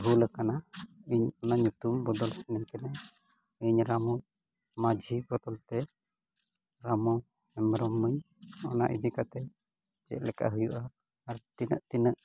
ᱵᱷᱩᱞ ᱟᱠᱟᱱᱟ ᱤᱧ ᱚᱱᱟ ᱧᱩᱛᱩᱢ ᱵᱚᱫᱚᱞ ᱥᱟᱱᱟᱧ ᱠᱟᱱᱟ ᱤᱧ ᱨᱟᱢᱩ ᱢᱟᱡᱷᱤ ᱵᱚᱫᱚᱞ ᱛᱮ ᱨᱟᱢᱩ ᱦᱮᱢᱵᱨᱚᱢᱟᱹᱧ ᱚᱱᱟ ᱤᱫᱤ ᱠᱟᱛᱮ ᱪᱮᱫ ᱞᱮᱠᱟ ᱦᱩᱭᱩᱜᱼᱟ ᱟᱨ ᱛᱤᱱᱟᱹᱜ ᱛᱤᱱᱟᱹᱜ